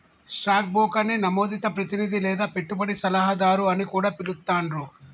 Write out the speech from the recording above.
stock బ్రోకర్ని నమోదిత ప్రతినిధి లేదా పెట్టుబడి సలహాదారు అని కూడా పిలుత్తాండ్రు